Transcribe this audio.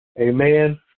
amen